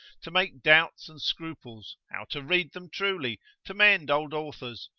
to make doubts and scruples, how to read them truly, to mend old authors,